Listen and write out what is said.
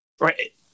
Right